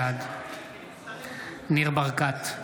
בעד ניר ברקת,